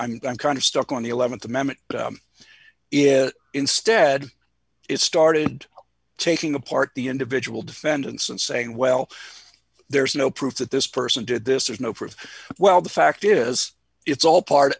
i'm i'm kind of stuck on the th amendment if instead it started taking apart the individual defendants and saying well there's no proof that this person did this there's no proof well the fact is it's all part